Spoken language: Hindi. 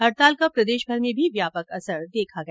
हड़ताल का प्रदेशभर में भी व्यापक असर देखा गया